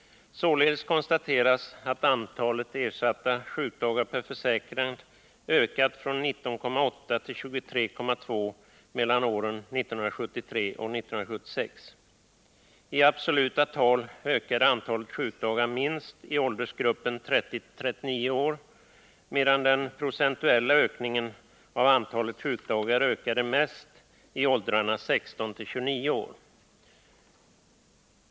Således konstateras att antalet ersatta sjukdagar per försäkrad ökat från 19,8 till 23,2 mellan åren 1973 och 1976. I absoluta tal ökade antalet sjukdagar minst i åldersgruppen 30-39 år, medan den procentuella ökningen av antalet sjukdagar var störst i åldrarna 16-29 år.